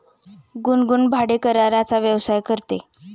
गुनगुन भाडेकराराचा व्यवसाय करते